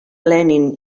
lenin